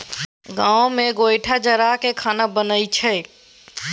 गाम मे गोयठा जरा कय खाना बनइ छै